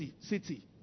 city